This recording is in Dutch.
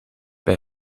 bij